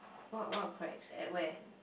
what what cracks at where